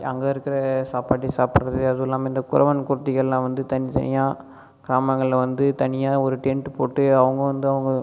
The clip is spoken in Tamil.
அங்கே இருக்கிற சாப்பாடே சாப்பிடறது அதுவும் இல்லாமல் இந்த குறவன் குறத்திகள்லாம் வந்து தனித்தனியாக கிராமங்களில் வந்து தனியாக ஒரு டென்ட் போட்டு அவங்க வந்து அவங்க